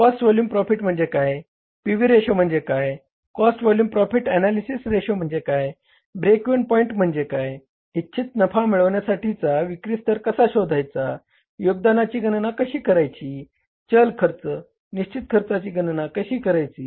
cost volume profit म्हणजे काय P V ratio म्हणजे काय cost volume profit analysis ratio म्हणजे काय ब्रेक इव्हन पॉईंट म्हणजे काय इच्छित नफा मिळण्यासाठीचा विक्री स्तर कसा शोधायचा योगदानाची गणना कशी करायची चल खर्च निश्चित खर्चाची गणना कशी करायची